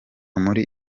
muri